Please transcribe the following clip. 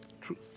Truth